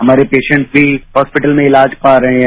हमारे पेंशेट्स भी हॉस्पिटल में इलाज पा रहे हैं